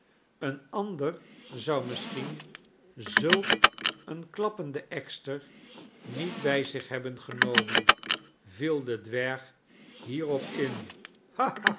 een ander zou misschien zulk eenklappenden ekster niet by zich hebben genomen viel de dwerg hierop in